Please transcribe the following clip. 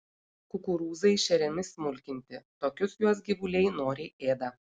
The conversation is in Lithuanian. kukurūzai šeriami smulkinti tokius juos gyvuliai noriai ėda